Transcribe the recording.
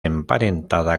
emparentada